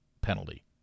penalty